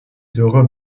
dürre